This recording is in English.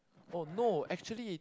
oh no actually